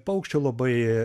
paukščių labai